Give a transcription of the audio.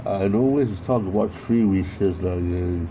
I I don't wish to talk about three wishes lah